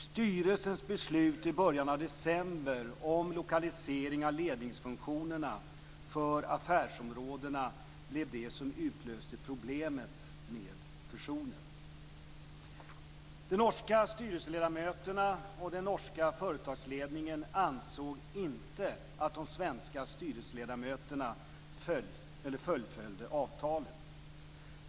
Styrelsens beslut i början av december om lokalisering av ledningsfunktionerna för affärsområdena blev det som utlöste problemet med fusionen. De norska styrelseledamöterna och den norska företagsledningen ansåg inte att de svenska styrelseledamöterna fullföljde avtalet.